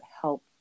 help